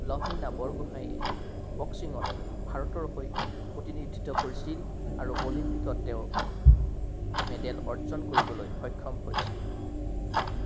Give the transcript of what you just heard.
লাভলীনা বৰগোহাঁয়ে বক্সিঙত ভাৰতৰ হৈ প্ৰতিনিধিত্ব কৰিছিল আৰু অলিম্পিকত তেওঁ মেডেল অৰ্জন কৰিবলৈ সক্ষম হৈছিল